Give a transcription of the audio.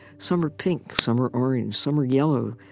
some are pink, some are orange, some are yellow,